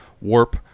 warp